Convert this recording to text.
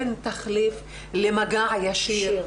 אין תחליף למגע הישיר,